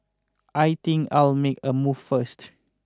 I think I'll make a move first